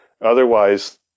Otherwise